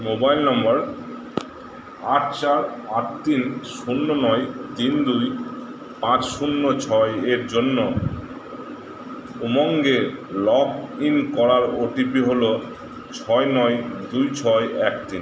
mobile নম্বর আট চার আট তিন শূন্য নয় তিন দুই পাঁচ শূন্য ছয় এর জন্য উমঙ্গে লগ ইন করার ওটিপি হলো ছয় নয় দুই ছয় এক তিন